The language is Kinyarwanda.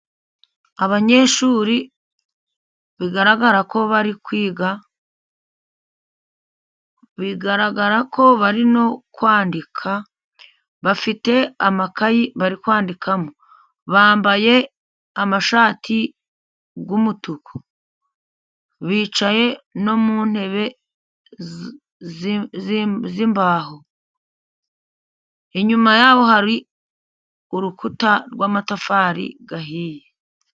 Abanyeshuri bigaragara ko bari kwiga, bigaragara ko bari no kwandika bafite amakayi bari kwandikamo, bambaye amashati y'umutuku bicaye no mu ntebe z'imbaho, inyuma yaho hari urukuta rw'amatafari ahiye.